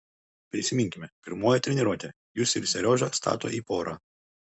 prisiminkime pirmoji treniruotė jus ir seriožą stato į porą